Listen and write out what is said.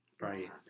Right